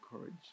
courage